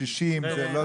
60 זה לא.